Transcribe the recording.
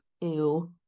Ew